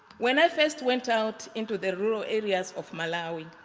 when i first went out into the rural areas of malawi,